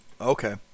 Okay